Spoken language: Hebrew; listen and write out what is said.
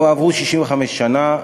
עברו 65 שנה,